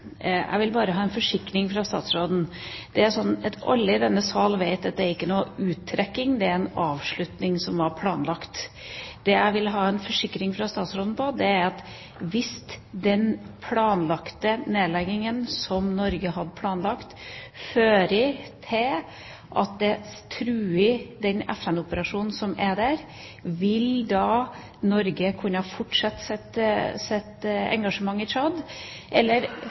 Jeg vil bare ha en forsikring fra statsråden: Alle i denne sal vet at det er ikke noen uttrekking – det er en avslutning, som var planlagt. Det jeg vil ha en forsikring fra statsråden om, er at hvis den planlagte nedleggingen, som Norge hadde planlagt, truer den FN-operasjonen som er der, vil da Norge kunne fortsette sitt engasjement i Tsjad? Eller